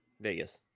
Vegas